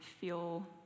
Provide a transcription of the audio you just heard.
feel